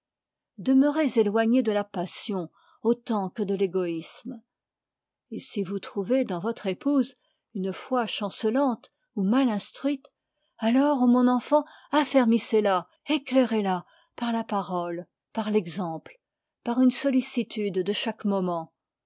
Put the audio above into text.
demeurez éloigné de la passion autant que de l'égoïsme et si vous trouvez dans votre épouse une foi chancelante et mal instruite alors ô mon enfant affermissez la éclairezla par la parole par l'exemple par une sollicitude de chaque moment